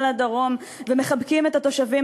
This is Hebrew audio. לא היה פוליטיקאי בבית הזה שלא הלך ודיבר וחיבק את תושבי